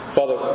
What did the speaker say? Father